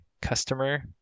customer